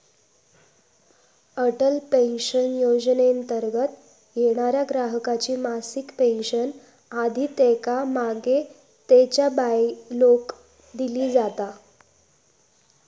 Atal pension योजनेंतर्गत येणाऱ्या ग्राहकाची मासिक पेन्शन आधी त्येका मागे त्येच्या बायकोक दिली जाता